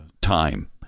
time